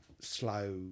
slow